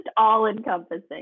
all-encompassing